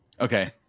Okay